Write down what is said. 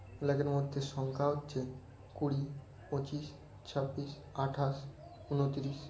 মধ্যে সংখ্যা হচ্ছে কুড়ি পঁচিশ ছাব্বিশ আঠাশ উনত্রিশ